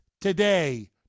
today